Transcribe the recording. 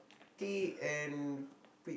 tea and pi~